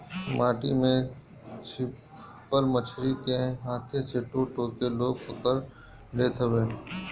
माटी में छिपल मछरी के हाथे से टो टो के लोग पकड़ लेत हवे